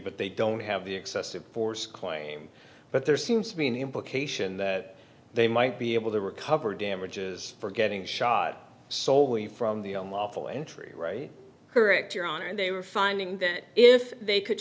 but they don't have the excessive force claim but there seems to be an implication that they might be able to recover damages for getting shot so we from the on lawful entry right correct your honor and they were finding that if they could